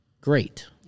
great